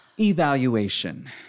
Evaluation